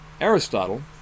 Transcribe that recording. Aristotle